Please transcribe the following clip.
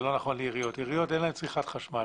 לעיריות אין צריכת חשמל.